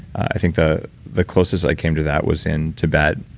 i think the the closest i came to that was in tibet,